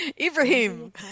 Ibrahim